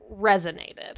resonated